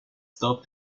stop